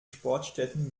sportstätten